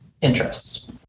interests